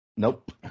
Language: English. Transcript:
Nope